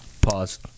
pause